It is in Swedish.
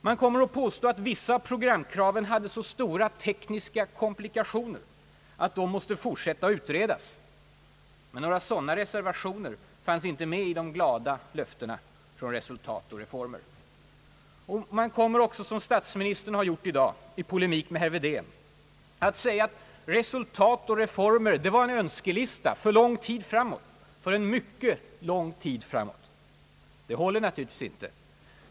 Man kommer att påstå att vissa av programkraven hade så stora tekniska komplikationer att de måste fortsätta att utredas. — Men några sådana reservationer fanns inte med i de glada löftena i »Resultat och reformer». Man kommer också som statsministern har gjort i dag i polemik med herr Wedén att säga: »Resultat och reformer» var en Önskelista för lång tid framåt, för en mycket lång tid. — Det håller naturligtvis inte heller.